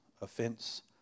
offense